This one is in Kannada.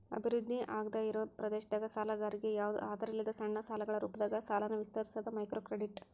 ಅಭಿವೃದ್ಧಿ ಆಗ್ದಾಇರೋ ಪ್ರದೇಶದಾಗ ಸಾಲಗಾರರಿಗಿ ಯಾವ್ದು ಆಧಾರಿಲ್ಲದ ಸಣ್ಣ ಸಾಲಗಳ ರೂಪದಾಗ ಸಾಲನ ವಿಸ್ತರಿಸೋದ ಮೈಕ್ರೋಕ್ರೆಡಿಟ್